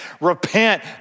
repent